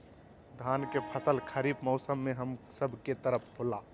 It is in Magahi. धान के फसल खरीफ मौसम में हम सब के तरफ होला